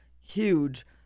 huge